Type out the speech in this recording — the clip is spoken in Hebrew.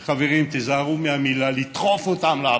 וחברים, תיזהרו מהמילים "לדחוף אותם לעבודה":